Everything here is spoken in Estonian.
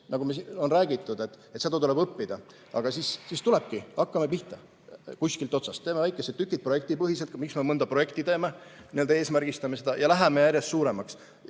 nagu on räägitud, et seda tuleb õppida. Aga siis tulebki [õppida]. Hakkame pihta kuskilt otsast. Teeme väikesed tükid projektipõhiselt, miks me mõnda projekti teeme, eesmärgistame seda ja läheme järjest suuremaks.